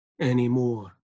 anymore